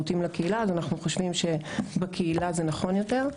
כך גם אנחנו חושבים שזה שירות שהוא נכון יותר בקהילה.